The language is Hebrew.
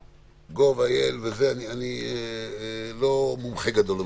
אני לא מומחה גדול במחשבים.